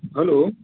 hello